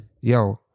yo